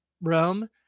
Rome